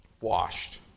Washed